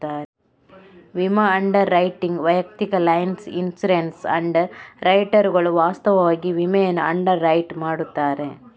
ವಿಮಾ underwriting ವೈಯಕ್ತಿಕ lines insurance ಅಂಡರ್ ರೈಟರುಗಳು ವಾಸ್ತವವಾಗಿ ವಿಮೆಯನ್ನು ಅಂಡರ್ ರೈಟ್ ಮಾಡುತ್ತಾರೆ